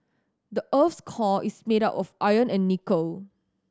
the earth's core is made of iron and nickel